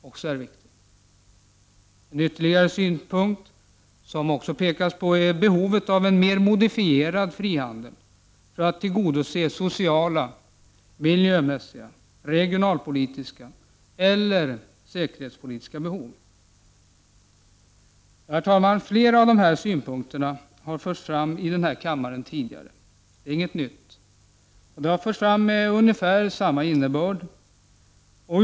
Dessutom understryks behovet av en mer modifierad frihandel för att tillgodose sociala, miljömässiga, regionalpolitiska eller säkerhetspolitiska behov. Herr talman! Flera av de här synpunkterna, med ungefär samma innebörd, har förts fram här i kammaren tidigare.